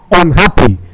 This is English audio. unhappy